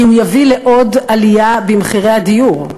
כי הוא יביא לעוד עלייה במחירי הדיור.